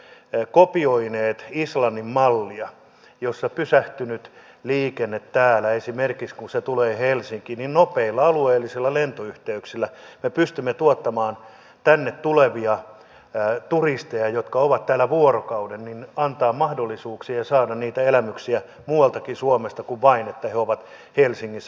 me olemme nyt kopioineet islannin mallia jossa lentokoneen pysähtyessä täällä esimerkiksi helsinkiin me pystymme nopeilla alueellisilla lentoyhteyksillä antamaan tänne tuleville turisteille jotka ovat täällä vuorokauden mahdollisuuksia saada niitä elämyksiä muualtakin suomesta kuin vain niin että he ovat helsingissä hotellikuolemassa